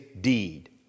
deed